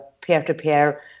peer-to-peer